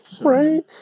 Right